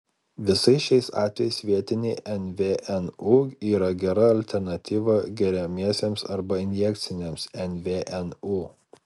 visais šiais atvejais vietiniai nvnu yra gera alternatyva geriamiesiems arba injekciniams nvnu